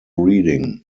reading